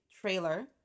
trailer